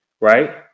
right